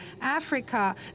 Africa